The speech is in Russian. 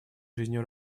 жизнью